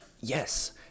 Yes